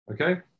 Okay